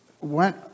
went